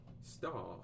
star